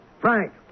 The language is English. Frank